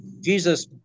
jesus